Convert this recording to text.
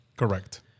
Correct